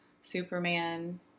superman